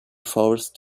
forest